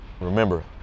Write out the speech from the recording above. remember